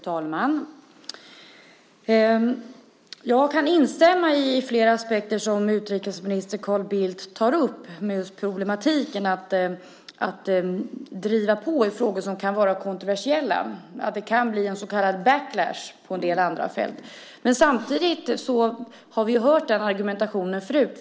Fru talman! Jag kan instämma i flera av de aspekter som utrikesminister Carl Bildt tar upp om just problematiken med att driva på i frågor som kan vara kontroversiella. Det kan bli en så kallad backlash på en del andra fält. Men samtidigt har vi hört den argumentationen förut.